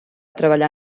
treballar